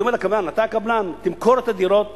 אני אומר לקבלן: אתה הקבלן, תמכור את הדירות